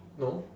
no